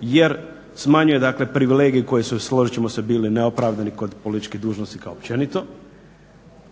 jer smanjuje dakle privilegije koje su, složit ćemo se, bile neopravdani kod političkih dužnosnika općenito.